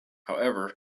however